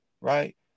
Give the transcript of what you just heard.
right